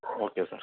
okay sir